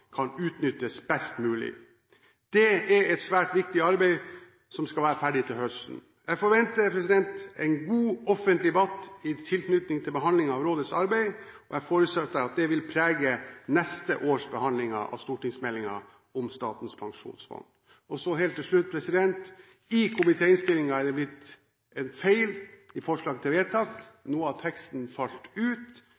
kan utnyttes best mulig. Det er et svært viktig arbeid som skal være ferdig til høsten. Jeg forventer en god offentlig debatt i tilknytning til behandlingen av rådets arbeid, og jeg forutsetter at det vil prege neste års behandling av stortingsmeldingen om Statens pensjonsfond. Så helt til slutt: I komitéinnstillingen er det blitt en feil i forslaget til vedtak.